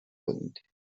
کنید